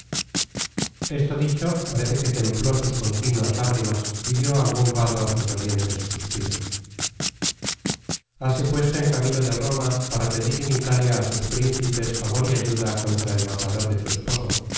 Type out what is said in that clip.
generated at rece que templó sus contínuas lágrimas y dió algun vado á sus dolientes suspiros hase puesto en camino de roma para pedir en italia á sus principes favor y ayuda contra el matador de su esposo